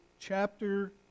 chapter